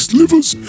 livers